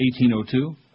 1802